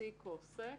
מעסיק או עוסק".